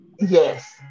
yes